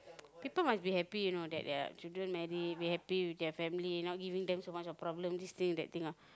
people must be happy you know that their children marry be happy with their family you know not giving them so much of problems this thing that thing ah